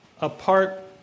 apart